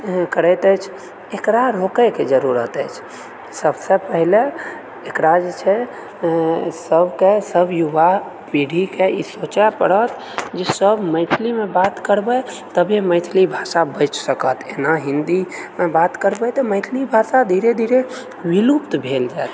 करैत अछि एकरा रोकएके जरुरत अछि सबसँ पहिले एकरा जे छै सबकेँ सब युवा पीढ़ीके ई सोचए पड़त जे सब मैथिलीमे बात करबै तबे मैथिली भाषा बचि सकत एना हिन्दीमे बात करबै तऽ मैथिली भाषा धीरे धीरे विलुप्त भेल जाएत